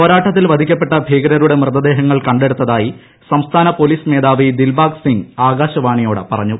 പോരാട്ടത്തിൽ വധിക്കപ്പെട്ട ഭീകരരുടെ മൃതദേഹങ്ങൾ കണ്ടെടുത്തായി സംസ്ഥാന പോലീസ് മേധാവി ദിൽബാഗ് സിംഗ് ആകാശവാണിയോട് പറഞ്ഞു